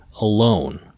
alone